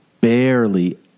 barely